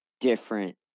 different